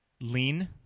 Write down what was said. Lean